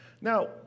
Now